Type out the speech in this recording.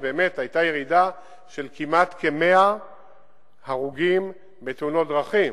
שהיתה בה ירידה של כמעט כ-100 הרוגים בתאונות הדרכים.